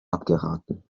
abgeraten